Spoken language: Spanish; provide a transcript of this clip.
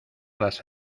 las